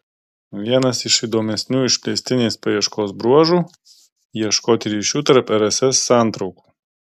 vienas iš įdomesnių išplėstinės paieškos bruožų ieškoti ryšių tarp rss santraukų